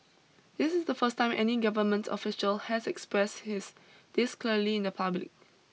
this is the first time any government official has expressed his this clearly in the public